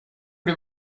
det